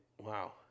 Wow